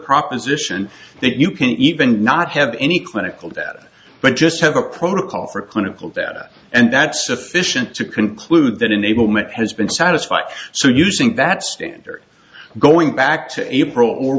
proposition that you can even not have any clinical data but just have a protocol for clinical data and that's sufficient to conclude that enablement has been satisfied so using that standard going back to april or